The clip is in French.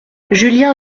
julien